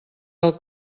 del